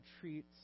treats